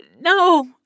No